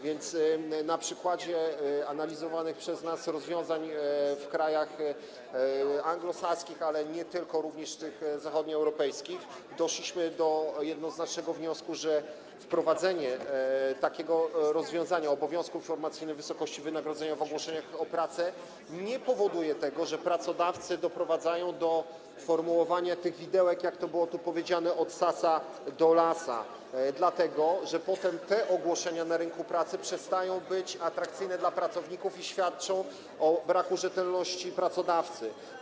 Więc na przykładzie analizowanych przez nas rozwiązań w krajach anglosaskich, ale nie tylko, również w zachodnioeuropejskich, doszliśmy do jednoznacznego wniosku, że wprowadzenie takiego rozwiązania, tj. obowiązku informacji o wysokości wynagrodzenia w ogłoszeniach o pracę, nie powoduje tego, że pracodawcy doprowadzają do formułowania widełek jak było tu powiedziane od Sasa do Lasa, dlatego że potem te ogłoszenia na rynku pracy przestają być atrakcyjne dla pracowników i świadczą o braku rzetelności pracodawcy.